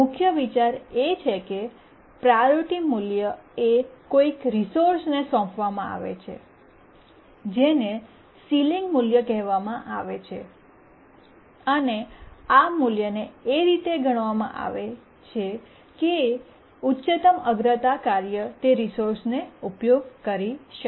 મુખ્ય વિચાર એ છે કે પ્રાયોરિટી મૂલ્ય એ કોઈ રિસોર્સને સોંપવામાં આવે છે જેને સીલિંગ મૂલ્ય કહેવામાં આવે છે અને આ મૂલ્યને એ રિતે ગણવામાં આવે છે કે ઉચ્ચતમ અગ્રતા કાર્ય તે રિસોર્સને ઉપયોગ કરી શકે